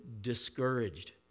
discouraged